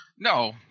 No